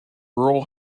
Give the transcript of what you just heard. rural